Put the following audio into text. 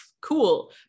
cool